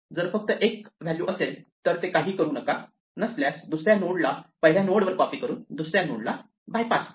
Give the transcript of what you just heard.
जर ते फक्त 1 व्हॅल्यू असेल तर ते काहीही करू नका नसल्यास दुसऱ्या नोडला पहिल्या नोडवर कॉपी करून दुसऱ्या नोडला बायपास करा